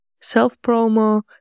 self-promo